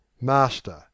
Master